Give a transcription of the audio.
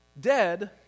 dead